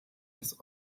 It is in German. des